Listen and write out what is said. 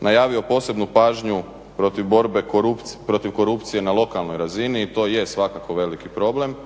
najavio posebnu pažnju protiv borbe korupcije, protiv korupcije na lokalnoj razini i to je svakako veliki problem.